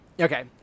Okay